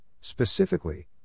specifically